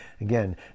again